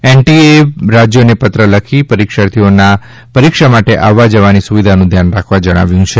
NTA એ રાજયોને પત્ર લખી પરીક્ષાર્થીઓના પરીક્ષા માટે આવવા જવાની સુવિધાનું ધ્યાન રાખવા જણાવ્યું છે